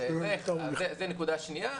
זאת הנקודה השנייה,